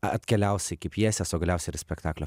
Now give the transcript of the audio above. atkeliaus iki pjesės o galiausiai ir spektaklio